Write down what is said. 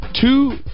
two